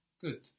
Good